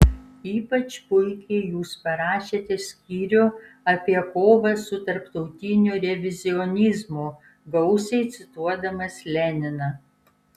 ypač puikiai jūs parašėte skyrių apie kovą su tarptautiniu revizionizmu gausiai cituodamas leniną